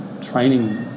training